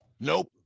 Nope